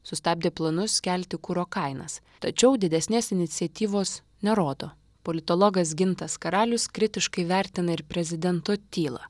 sustabdė planus kelti kuro kainas tačiau didesnės iniciatyvos nerodo politologas gintas karalius kritiškai vertina ir prezidento tylą